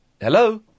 Hello